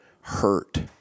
hurt